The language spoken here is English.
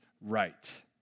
right